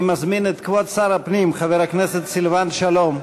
אני מזמין את כבוד שר הפנים חבר הכנסת סילבן שלום.